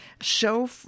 show